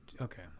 Okay